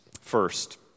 First